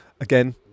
Again